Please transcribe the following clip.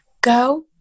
Go